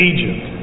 Egypt